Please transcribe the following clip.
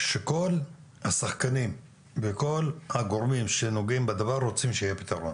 שכל השחקנים וכל הגורמים שנוגעים בדבר רוצים שיהיה פתרון,